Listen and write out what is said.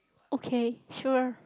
okay sure